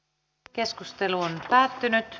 keskustelu päättyi